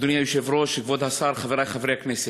אדוני היושב-ראש, כבוד השר, חברי חברי הכנסת,